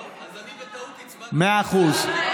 טוב, אז אני בטעות הצבעתי, מאה אחוז.